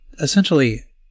essentially